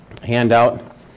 Handout